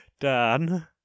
Dan